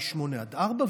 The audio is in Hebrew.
מ-08:00 עד 16:00,